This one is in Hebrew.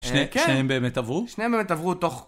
שניהם באמת עברו? שניהם באמת עברו תוך...